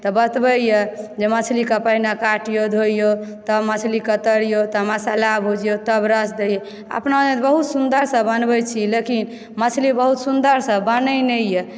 तऽ बतबयऽ जे मछलीकऽ पहिने काटिउ धोयउ तऽ मछली कऽ तरिउ तब मसाला भुजिऔ तब रस दिउ अपना जनैत बहुत सुन्दरसँ बनबैत छी लेकिन मछली बहुत सुन्दरसँ बनय नहिए